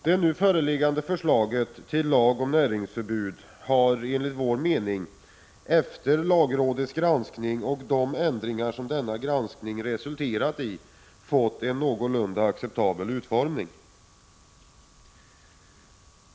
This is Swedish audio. Det nu föreliggande förslaget till lag om näringsförbud har enligt vår mening, efter lagrådets granskning och de ändringar denna granskning resulterat i, fått en någorlunda acceptabel utformning.